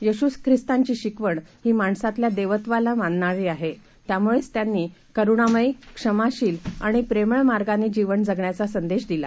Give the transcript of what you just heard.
येशुख्रिस्तांचीशिकवणहीमाणसातल्यादेवत्वालामाननारीहोती त्यामुळेचत्यांनीकरूणामयी क्षमाशीलआणिप्रेमळमार्गानेजीवनजगण्याचासंदेशदिला